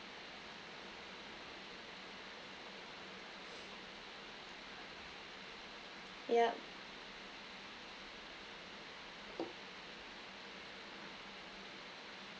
yup